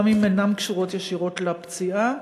גם אם אינן קשורות ישירות לפציעה.